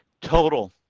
total